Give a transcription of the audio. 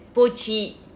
போச்சி:pocchi